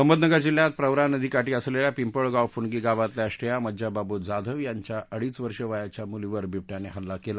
अहमदनगर जिल्हयात प्रवरा नदीकाठी असलेल्या पिंपळगाव फूणगी गावातल्या श्रेया मंज्याबापू जाधव यांच्या अडिच वर्षे वयाच्या मुलीवर बिबट्याने हल्ला केला